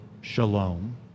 shalom